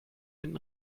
einen